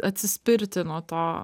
atsispirti nuo to